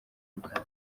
uganda